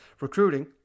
recruiting